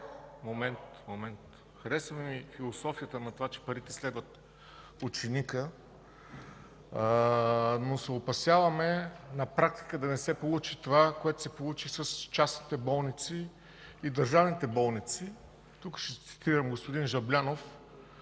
Момент, момент. Хареса ни философията, че парите следват ученика. Опасяваме се обаче да не се получи на практика това, което се получи с частните болници и държавните болници. Тук ще цитирам господин Жаблянов,